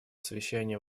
совещания